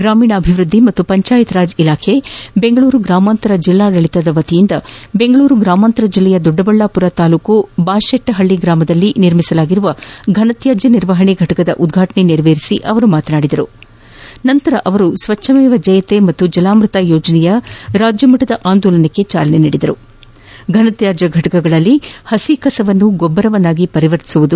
ಗ್ರಾಮೀಣಾಭಿವೃದ್ಧಿ ಮತ್ತು ಪಂಚಾಯತ್ ರಾಜ್ ಇಲಾಖೆ ಬೆಂಗಳೂರು ಗ್ರಾಮಾಂತರ ಜಿಲ್ಲಾಡಳಿತದ ವತಿಯಿಂದ ಬೆಂಗಳೂರು ಗ್ರಾಮಾಂತರ ಜಿಲ್ಲೆಯ ದೊಡ್ಡಬಳ್ಳಾಪುರ ತಾಲೂಕು ಬಾಶೆಟ್ಟಪಳ್ಳಿ ಗ್ರಾಮದಲ್ಲಿ ನಿರ್ಮಿಸಲಾದ ಘನ ತ್ಕಾಜ್ಯ ನಿರ್ವಹಣೆ ಘಟಕದ ಉದ್ಘಾಟನೆ ನೆರವೇರಿಸಿ ನಂತರ ಸ್ವಚ್ಛ ಮೇವ ಜಯತೆ ಹಾಗೂ ಜಲಾಮೃತ ಯೋಜನೆಯ ರಾಜ್ಯ ಮಟ್ಟದ ಆಂದೋಲನಕ್ಕೆ ಜಾಲನೆ ನೀಡಿ ಅವರು ಮಾತನಾಡಿದ ಅವರುಫನ ತ್ಯಾಜ್ಯ ಘಟಕಗಳಲ್ಲಿನ ಹಸಿ ಕಸವನ್ನು ಗೊಬ್ಬರವನ್ನಾಗಿ ಪರಿವರ್ತಿಸುವುದು